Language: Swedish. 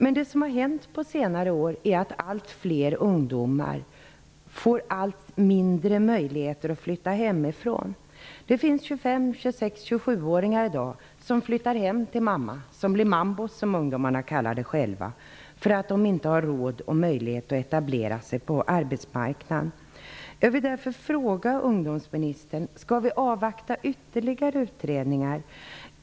Men det som har hänt på senare år är att allt fler ungdomar får allt mindre möjligheter att flytta hemifrån. Det finns i dag 25-, 26 och 27-åringar som flyttar hem till mamma och blir mambo, som ungdomarna kallar det själva, för att de inte har råd och möjlighet att etablera sig på arbetsmarknaden. Skall vi avvakta ytterligare utredningar?